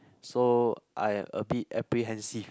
so I a bit apprehensive